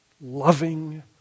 loving